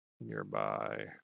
nearby